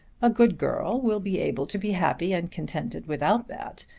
a good girl will be able to be happy and contented without that.